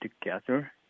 together